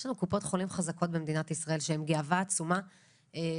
יש לנו קופות חולים חזקות במדינת ישראל שהן גאווה עצומה בעולם.